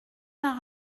d’un